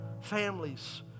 Families